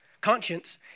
conscience